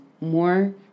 more